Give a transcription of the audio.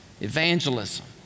evangelism